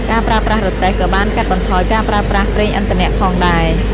ការប្រើប្រាស់រទេះក៏បានកាត់បន្ថយការប្រើប្រាស់ប្រេងឥន្ធនៈផងដែរ។